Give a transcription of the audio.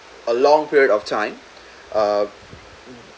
a long period of time uh